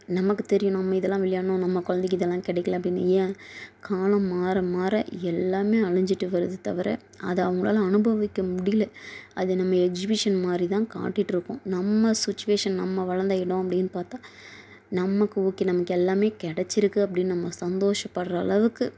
நமக்கு தெரியும் நம்ம இதெலாம் விளையாடினோம் நம்ம குழந்தைக்கு இதெல்லாம் கிடைக்கில அப்படின்னு ஏன் காலம் மாற மாற எல்லாமே அழிஞ்சிட்டு வருது தவிர அதை அவங்களால அனுபவிக்க முடியல அது நம்ம எக்ஜ்பிஷன் மாரி தான் காட்டிட்டுருக்கோம் நம்ம சுச்சிவேஷன் நம்ம வளர்ந்த இடம் அப்படின்னு பார்த்தா நமக்கு ஓகே நமக்கு எல்லாமே கிடச்சிருக்கு அப்படின்னு நம்ம சந்தோஷப்படுற அளவுக்கு